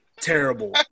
terrible